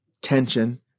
tension